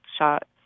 shot